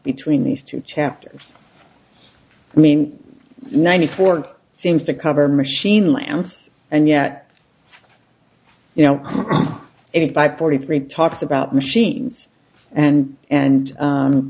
between these two chapters i mean ninety four seems to cover machine lamps and yet you know it by forty three talks about machines and and